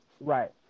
right